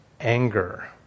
anger